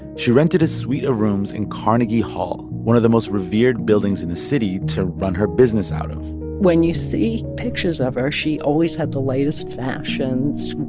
she rented a suite of rooms in carnegie hall, one of the most revered buildings in the city, to run her business out when you see pictures of her, she always had the latest fashions.